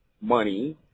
money